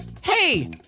Hey